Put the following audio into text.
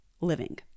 living